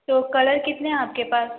तो कलर कितने हैं आपके पास